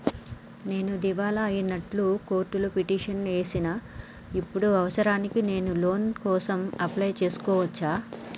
నేను దివాలా అయినట్లు కోర్టులో పిటిషన్ ఏశిన ఇప్పుడు అవసరానికి నేను లోన్ కోసం అప్లయ్ చేస్కోవచ్చా?